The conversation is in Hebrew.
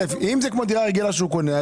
אם זה כמו דירה רגילה שהוא קונה,